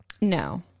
No